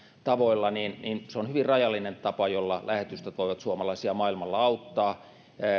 tavoilla se on hyvin rajallinen tapa jolla lähetystöt voivat suomalaisia maailmalla auttaa